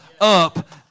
up